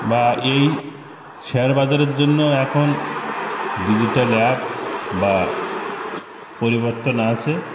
বা এই শেয়ার বাজারের জন্য এখন ডিজিট্যাল অ্যাপ বা পরিবর্তন আছে